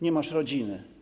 Nie masz rodziny.